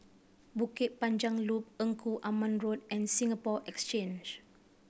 Bukit Panjang Loop Engku Aman Road and Singapore Exchange